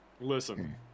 Listen